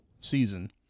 season